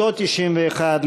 אותו 91,